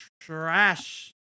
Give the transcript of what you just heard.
trash